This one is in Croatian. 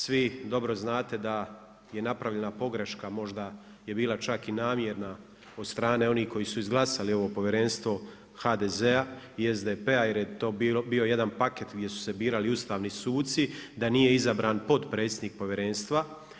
Svi dobro znate da je napravljena pogreška, možda je bila čak i namjerna od strane onih koji su izglasali ovo povjerenstvo, HDZ-a i SDP-a jer je to bio jedan paket, gdje su se birali ustavni suci, da nije izabran potpredsjednik povjerenstva.